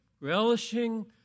relishing